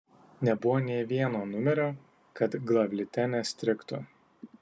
nebuvo nė vieno numerio kad glavlite nestrigtų